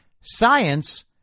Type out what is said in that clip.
Science